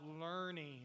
learning